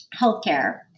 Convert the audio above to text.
healthcare